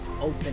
open